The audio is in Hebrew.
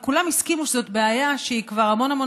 וכולם הסכימו שזו בעיה שהיא כבר המון המון